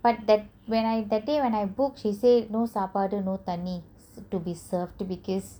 but that when I that day when I book she said no சாப்பாடு:saapadu no தண்ணி:thanni so to be served because